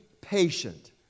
patient